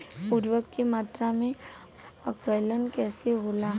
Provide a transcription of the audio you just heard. उर्वरक के मात्रा में आकलन कईसे होला?